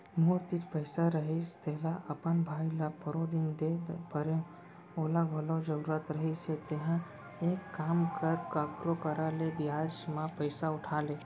मोर तीर पइसा रहिस तेला अपन भाई ल परोदिन दे परेव ओला घलौ जरूरत रहिस हे तेंहा एक काम कर कखरो करा ले बियाज म पइसा उठा ले